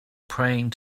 praying